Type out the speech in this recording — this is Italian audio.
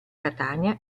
catania